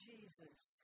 Jesus